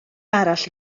arall